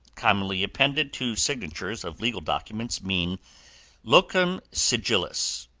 commonly appended to signatures of legal documents, mean locum sigillis,